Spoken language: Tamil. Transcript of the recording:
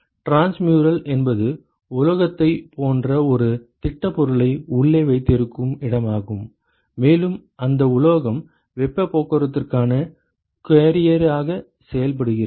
டிரான்ஸ்முரல் என்பது உலோகத்தைப் போன்ற ஒரு திடப்பொருளை உள்ளே வைத்திருக்கும் இடமாகும் மேலும் அந்த உலோகம் வெப்பப் போக்குவரத்துக்கான கேரியராக செயல்படுகிறது